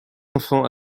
enfants